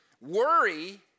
worry